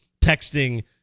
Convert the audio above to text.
texting